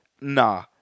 nah